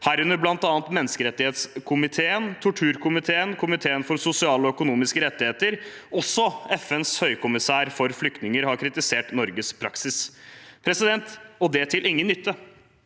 herunder bl.a. menneskerettighetskomiteen, torturkomiteen og komiteen for sosiale og økonomiske rettigheter, og også FNs høykommissær for flyktninger har kritisert Norges praksis – og det til ingen nytte.